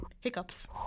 hiccups